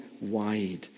wide